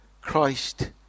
Christ